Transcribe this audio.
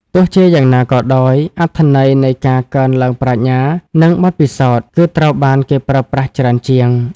ទោះជាយ៉ាងណាក៏ដោយ អត្ថន័យនៃការកើនឡើងប្រាជ្ញា និងបទពិសោធន៍ គឺត្រូវបានគេប្រើប្រាស់ច្រើនជាង។